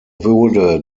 wurde